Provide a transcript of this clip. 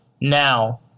now